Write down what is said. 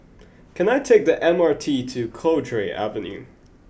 can I take the M R T to Cowdray Avenue